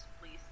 please